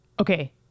Okay